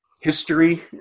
history